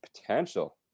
potential